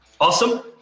Awesome